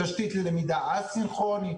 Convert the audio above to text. תשתית ללמידה א-סינכרונית.